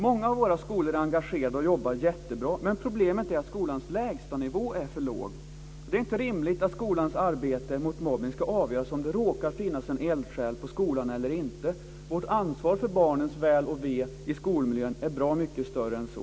Många av våra skolor är engagerade och jobbar jättebra. Men problemet är att skolans lägstanivå är för låg. Det är inte rimligt att skolans arbete mot mobbning ska avgöras av om det råkar finnas en eldsjäl på skolan eller inte. Vårt ansvar för barnens väl och ve i skolmiljön är bra mycket större än så.